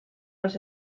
los